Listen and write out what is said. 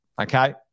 okay